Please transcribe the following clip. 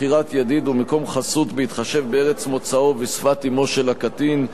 בחירת ידיד ומקום חסות בהתחשב בארץ מוצאו ובשפת אמו של הקטין),